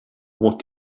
what